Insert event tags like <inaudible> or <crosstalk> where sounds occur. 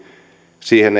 siihen <unintelligible>